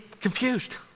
confused